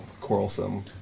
quarrelsome